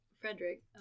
Frederick